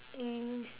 um